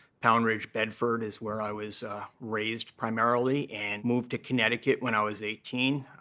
pound ridge, bedford is where i was raised primarily. and moved to connecticut when i was eighteen.